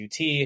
UT